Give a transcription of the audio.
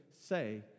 say